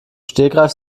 stegreif